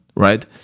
Right